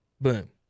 boom